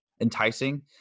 enticing